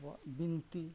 ᱟᱵᱚᱣᱟᱜ ᱵᱤᱱᱛᱤ